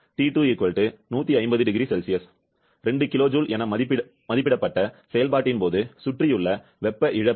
T2 150 0C 2 kJ என மதிப்பிடப்பட்ட செயல்பாட்டின் போது சுற்றியுள்ள வெப்ப இழப்பு